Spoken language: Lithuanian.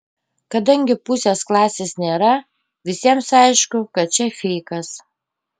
kadangi pusės klasės nėra visiems aišku kad čia feikas